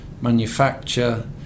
manufacture